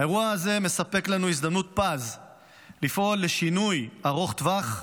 האירוע הזה מספק לנו הזדמנות פז לפעול לשינוי ארוך טווח,